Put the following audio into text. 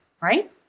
right